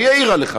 היא העירה לך.